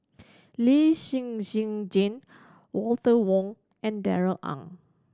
Lee Shen Shen Jane Walter Woon and Darrell Ang